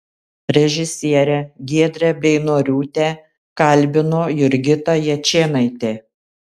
režisierę giedrę beinoriūtę kalbino jurgita jačėnaitė